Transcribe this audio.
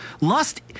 Lust